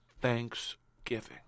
Thanksgiving